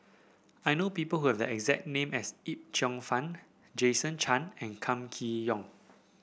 I know people who have the exact name as Yip Cheong Fun Jason Chan and Kam Kee Yong